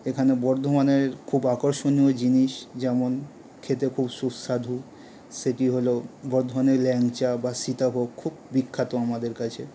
এখানে বর্ধমানের খুব আকর্ষণীয় জিনিস যেমন খেতে খুব সুস্বাদু সেটি হলো বর্ধমানের ল্যাংচা বা সীতাভোগ খুব বিখ্যাত আমাদের কাছে